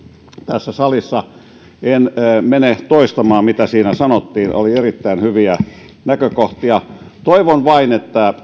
tässä salissa en mene toistamaan mitä siinä sanottiin oli erittäin hyviä näkökohtia vaan toivon vain